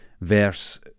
verse